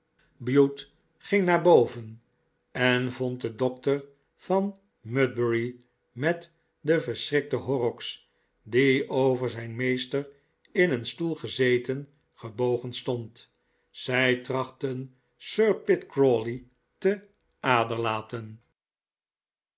bute ging naar boven en vond den dokter van mudbury met den verschrikten horrocks die over zijn meester in een stoel gezeten gebogen stond zij trachtten sir pitt crawley te aderlaten